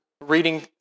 reading